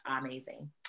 amazing